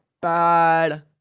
bad